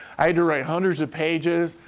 i had to write hundreds of pages.